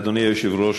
אדוני היושב-ראש,